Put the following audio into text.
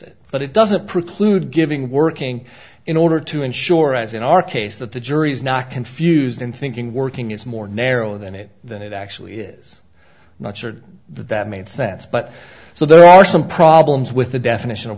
it but it doesn't preclude giving working in order to ensure as in our case that the jury is not confused in thinking working is more narrow than it than it actually is not sure that that made sense but so there are some problems with the definition of